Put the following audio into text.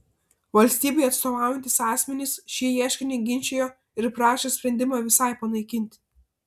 valstybei atstovaujantys asmenys šį ieškinį ginčijo ir prašė sprendimą visai panaikinti